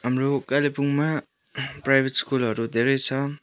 हाम्रो कालिमपोङमा प्राइभेट स्कुलहरू धेरै छ